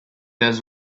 does